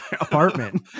apartment